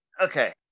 Okay